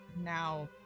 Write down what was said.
now